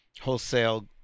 wholesale